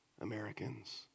Americans